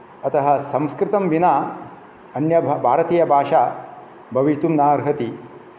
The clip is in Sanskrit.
अतः संस्कृतं विना अन्य भा भारतीयभाषा भवितुं नार्हति